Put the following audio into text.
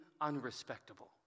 unrespectable